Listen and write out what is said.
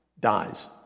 dies